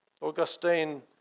Augustine